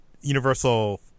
Universal